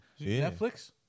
Netflix